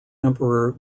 emperor